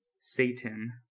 Satan